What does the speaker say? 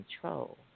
control